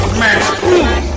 Man